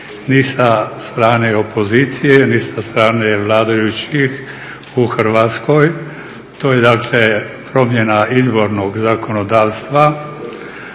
ni sa strane opozicije ni sa strane vladajućih u Hrvatskoj, to je dakle promjena izbornog zakonodavstva.